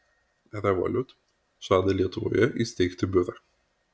revolut žada lietuvoje įsteigti biurą